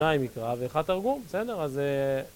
2 מקרא ואחת תרגום, בסדר אז